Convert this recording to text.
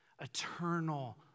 eternal